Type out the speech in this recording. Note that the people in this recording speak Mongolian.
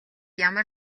ямар